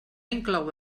inclou